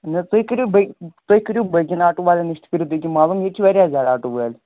نہٕ حٲز تُہۍ کٔریو بیٚیہِ تُہۍ کٔریو باکین آٹو آٹو والٮ۪ن نِش تہٕ کٔرِو بیٚیہِ تہٕ معلوم ییٚتہِ چھِ واریاہ زیادٕ آٹو وٲلۍ